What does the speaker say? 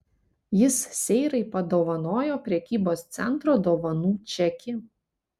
jis seirai padovanojo prekybos centro dovanų čekį